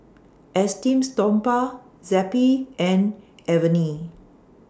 Esteem Stoma Zappy and Avene